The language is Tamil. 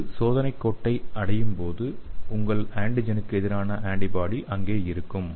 இது சோதனைக் கோட்டை அடையும் போது உங்கள் ஆன்டிஜெனுக்கு எதிரான ஆன்டிபாடி அங்கே இருக்கும்